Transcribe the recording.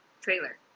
trailer